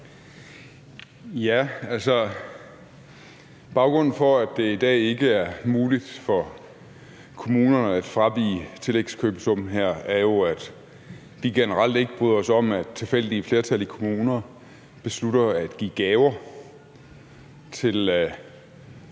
Olesen (LA): Baggrunden for, at det i dag ikke er muligt for kommunerne at fravige tillægskøbesum her, er jo, at de generelt ikke bryder sig om, at tilfældige flertal i kommuner beslutter at give gaver til